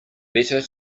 better